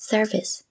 Service